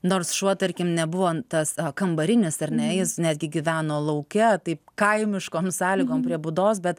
nors šuo tarkim nebuvo tas kambarinis ar ne jis netgi gyveno lauke taip kaimiškom sąlygom prie būdos bet